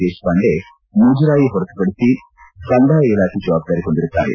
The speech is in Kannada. ದೇಶಪಾಂಡೆ ಮುಜರಾಯಿ ಹೊರತುಪಡಿಸಿ ಕಂದಾಯ ಇಲಾಖೆ ಜವಾಬ್ದಾರಿ ಹೊಂದಿರುತ್ತಾರೆ